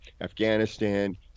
Afghanistan